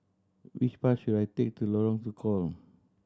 which bus should I take to Lorong Tukol